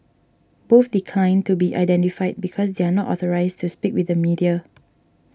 both declined to be identified because they are not authorised to speak with the media